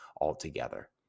altogether